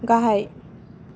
गाहाय